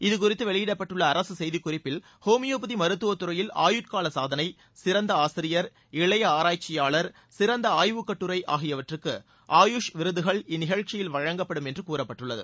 இது குறித்து வெளியிடப்பட்டுள்ள அரசு செய்திக் குறிப்பில் ஹோமியோபதி மருத்துவத்துறையில் ஆயுட்கால சாதனை சிறந்த ஆசிரியர் இளைய ஆராய்ச்சியாளர் சிறந்த ஆய்வுக்கட்டுரை ஆகியவற்றுக்கு ஆயுஷ் விருதுகள் இந்நிஷழ்ச்சியில் வழங்கப்படும் என்று கூறப்பட்டுள்ளது